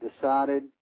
decided